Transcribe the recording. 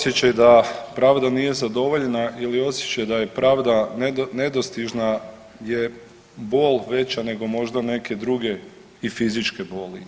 Osjećaj da pravda nije zadovoljena ili osjećaj da je pravda nedostižna je bol veća nego možda neke druge i fizičke boli.